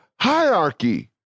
Hierarchy